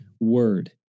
word